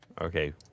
Okay